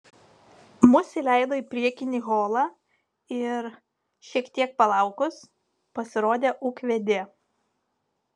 mus įleido į priekinį holą ir šiek tiek palaukus pasirodė ūkvedė